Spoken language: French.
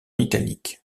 italique